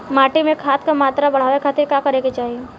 माटी में खाद क मात्रा बढ़ावे खातिर का करे के चाहीं?